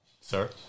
Sir